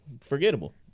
forgettable